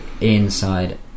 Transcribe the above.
inside